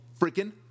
freaking